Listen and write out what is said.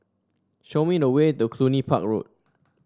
show me the way to Cluny Park Road